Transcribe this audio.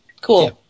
cool